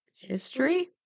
History